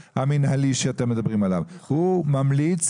אבי,